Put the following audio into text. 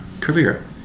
Career